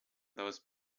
those